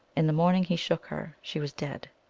in the morning he shook her. she was dead.